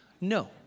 No